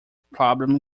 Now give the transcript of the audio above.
problem